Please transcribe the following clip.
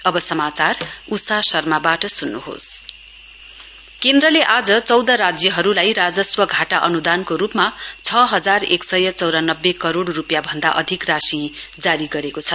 finance grant केन्द्रले आज चौध राज्यहरूलाई राजस्व घाटा अनुदानको रूपमा छ हजार एक सय चौरानब्बे करोड़ रूपियाँभान्दा अधिर राशि जारी गरेको छ